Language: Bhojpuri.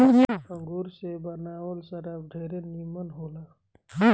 अंगूर से बनावल शराब ढेरे निमन होला